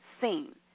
seen